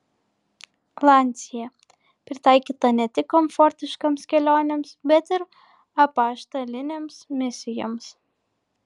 lancia pritaikyta ne tik komfortiškoms kelionėms bet ir apaštalinėms misijoms